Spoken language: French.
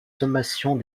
sommations